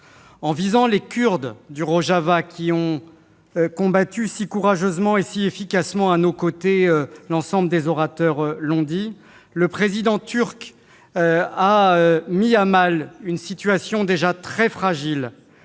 En visant les Kurdes du Rojava, qui ont combattu si courageusement et si efficacement à nos côtés, le président turc a mis à mal une situation déjà très fragile